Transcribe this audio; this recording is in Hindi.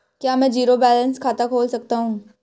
क्या मैं ज़ीरो बैलेंस खाता खोल सकता हूँ?